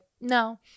no